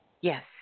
Yes